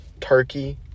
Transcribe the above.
Turkey